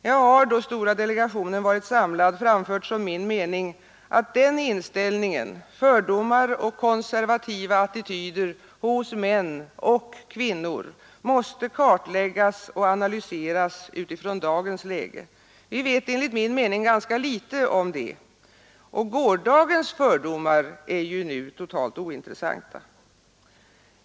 Jag har, då stora delegationen varit samlad, framfört som min mening att denna inställning — fördomar och konservativa attityder hos män och kvinnor — måste kartläggas och analyseras utifrån dagens läge. Vi vet enligt min mening ganska litet om detta. Gårdagens fördomar är ju nu ointressanta.